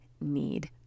need